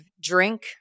drink